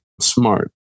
smart